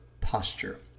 posture